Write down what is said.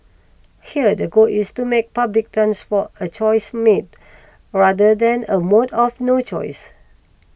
here the goal is to make public transport a choice made rather than a mode of no choice